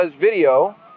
video